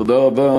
תודה רבה.